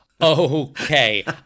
Okay